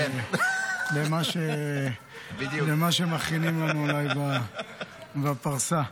זה מה שמכינים לנו אולי בפרסה.